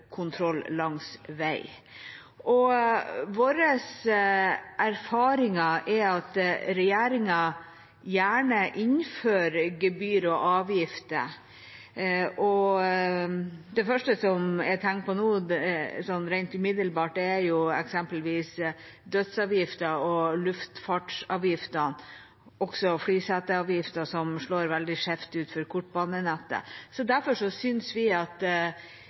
kontroll langs vei. Våre erfaringer er at regjeringen gjerne innfører gebyr og avgifter, og det første jeg rent umiddelbart tenker på, er eksempelvis dødsavgiften, luftfartsavgiftene og flyseteavgiften, som slår veldig skjevt ut for kortbanenettet. Derfor syntes vi at